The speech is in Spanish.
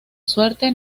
suerte